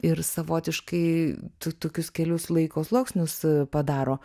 ir savotiškai to tokius kelius laiko sluoksnius padaro